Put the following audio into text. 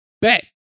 bet